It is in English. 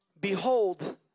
Behold